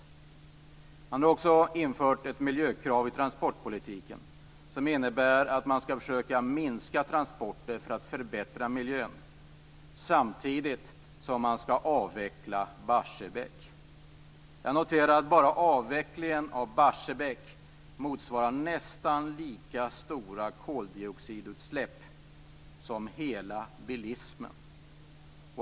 Vidare har man infört ett miljökrav i transportpolitiken som innebär att man skall försöka minska transporterna för att förbättra miljön; detta samtidigt som man skall avveckla Barsebäck. Jag noterar att bara avvecklingen av Barsebäck motsvarar nästan lika stora koldioxidutsläpp som hela bilismen.